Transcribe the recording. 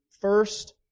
first